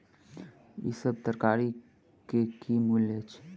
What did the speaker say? ई सभ तरकारी के की मूल्य अछि?